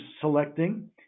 selecting